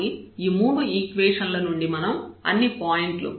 కాబట్టి ఈ మూడు ఈక్వేషన్ ల నుండి మనం అన్ని పాయింట్లు x y లను కనుగొనాలి